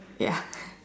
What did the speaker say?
ya